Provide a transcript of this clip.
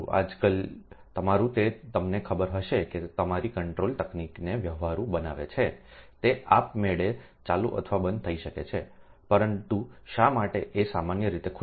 આજકાલ તમારું તે તમને ખબર હશે કે તે તમારી કંટ્રોલ તકનીકને વ્યવહારુ બનાવે છે તે આપમેળે ચાલુ અથવા બંધ થઈ શકે છે પરંતુ શા માટે આ સામાન્ય રીતે ખુલ્લું છે